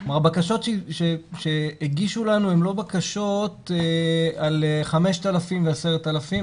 בקשות שהגישו לנו הן לא בקשות על 5,000 ו-10,000.